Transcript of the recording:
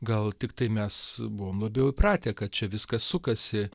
gal tiktai mes buvom labiau įpratę kad čia viskas sukasi